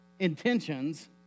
intentions